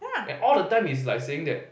and all the time is like saying that